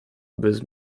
bez